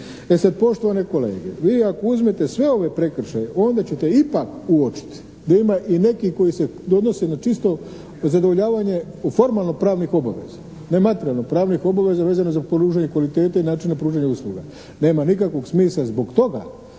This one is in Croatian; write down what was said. E sad poštovane kolege, vi ako uzmete sve ove prekršaje onda ćete ipak uočit da ima i nekih koji se odnose na čisto zadovoljavanje u formalno pravnih obaveza, ne materijalno pravnih obaveza vezano za pružanje kvalitete i načina pružanja usluga. Nema nikakvog smisla zbog toga